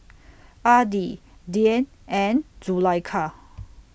Adi Dian and Zulaikha